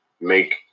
make